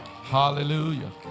Hallelujah